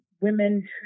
women